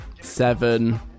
seven